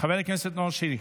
חבר הכנסת, נאור שירי.